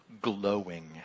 glowing